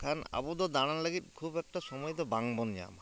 ᱠᱷᱟᱱ ᱟᱵᱚ ᱫᱚ ᱫᱟᱬᱟᱱ ᱞᱟᱹᱜᱤᱫ ᱠᱷᱩᱵ ᱮᱠᱴᱟ ᱥᱚᱢᱚᱭ ᱫᱚ ᱵᱟᱝ ᱵᱚᱱ ᱧᱟᱢᱟ